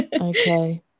Okay